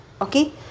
okay